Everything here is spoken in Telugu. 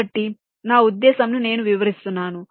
కాబట్టి నా ఉద్దేశ్యంను నేను వివరిస్తున్నాను